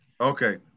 okay